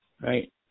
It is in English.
right